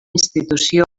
institució